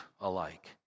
alike